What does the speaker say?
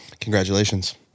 Congratulations